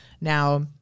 now